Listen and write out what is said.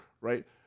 right